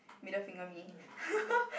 middle finger me